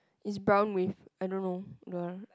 is brown with I don't know the~